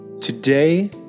Today